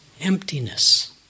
emptiness